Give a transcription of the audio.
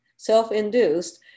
self-induced